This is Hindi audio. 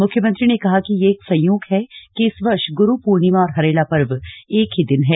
मुख्यमंत्री ने कहा कि यह एक संयोग है कि इस वर्ष गुरू पूर्णिमा और हरेला पर्व एक ही दिन है